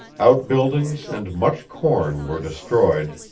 outbuildings and much corn were destroyed,